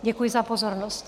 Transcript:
Děkuji za pozornost.